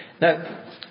Now